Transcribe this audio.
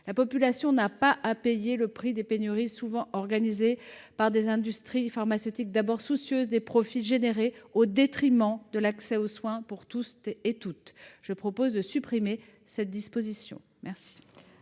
La population n’a pas à payer le prix des pénuries, souvent organisées par des industries pharmaceutiques d’abord soucieuses des profits engendrés, au détriment de l’accès aux soins pour toutes et tous. Nous proposons donc de supprimer cette disposition.